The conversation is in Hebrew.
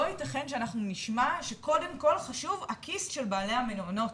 לא יתכן שאנחנו נשמע שקודם כל חשוב הכיס של בעלי המעונות.